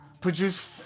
Produce